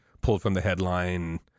pulled-from-the-headline